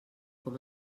com